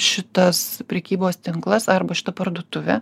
šitas prekybos tinklas arba šita parduotuvė